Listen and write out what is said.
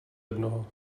jednoho